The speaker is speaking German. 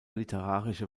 literarische